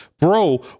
bro